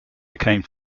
became